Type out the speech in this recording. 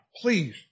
please